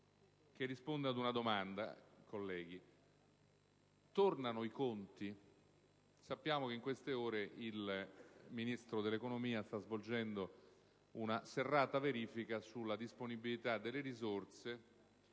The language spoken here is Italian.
che risponde ad una precisa domanda: colleghi, tornano i conti? Sappiamo che in queste ore il Ministro dell'economia sta svolgendo un serrata verifica sulle risorse